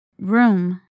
Room